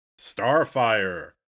Starfire